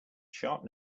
sharp